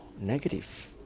negative